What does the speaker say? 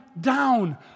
down